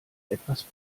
etwas